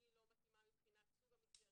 כי היא לא מתאימה מבחינת סוג המסגרת,